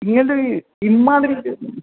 നീ എന്തിന് ഇമ്മാതിരി